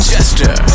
Jester